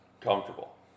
comfortable